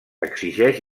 exigeix